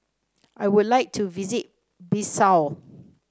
I would like to visit Bissau